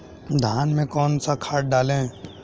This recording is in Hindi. धान में कौन सा खाद डालें?